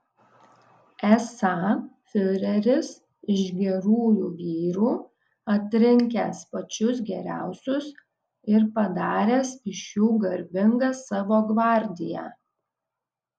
esą fiureris iš gerųjų vyrų atrinkęs pačius geriausius ir padaręs iš jų garbingą savo gvardiją